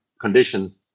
conditions